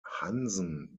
hansen